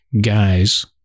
Guys